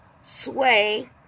sway